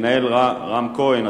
המנהל רם כהן,